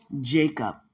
Jacob